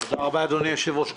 תודה רבה, אדוני היושב-ראש.